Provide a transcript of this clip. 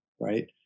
right